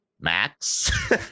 Max